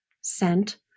scent